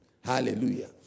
Hallelujah